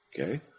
Okay